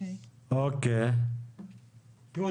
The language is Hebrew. תראו,